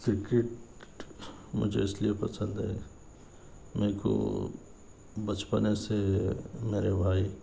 cricket مجھے اِس لئے پسند ہے میرے کو بچپن سے میرے بھائی